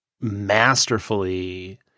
masterfully